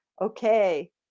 okay